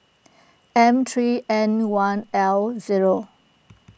M three N one L zero